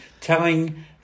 telling